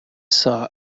saw